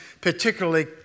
particularly